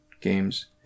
games